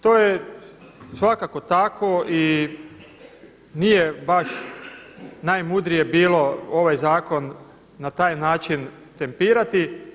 To je svakako tako i nije baš najmudrije bilo ovaj zakon na taj način tempirati.